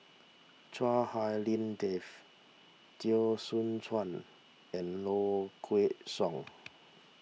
Chua Hak Lien Dave Teo Soon Chuan and Low Kway Song